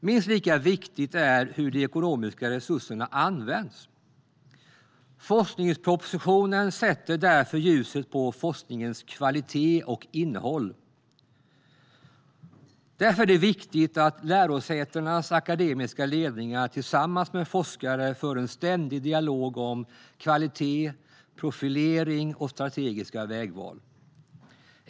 Minst lika viktigt är hur de ekonomiska resurserna används. Forskningspropositionen sätter därför ljuset på forskningens kvalitet och innehåll. Det är viktigt att lärosätenas akademiska ledningar tillsammans med forskare för en ständig dialog om kvalitet, profilering och strategiska vägval.